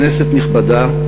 כנסת נכבדה,